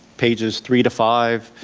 pages three to five,